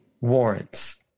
warrants